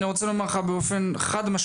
אני רוצה לומר לך באופן חד-משמעי,